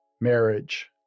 marriage